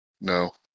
No